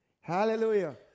Hallelujah